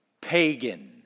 pagan